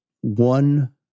One